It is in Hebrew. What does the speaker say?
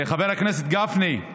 חבר הכנסת גפני,